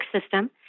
system